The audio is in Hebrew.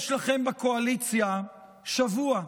יש לכם בקואליציה שבוע,